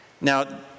Now